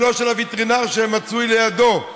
ולא של הווטרינר שמצוי לידו,